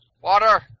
Water